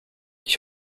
ich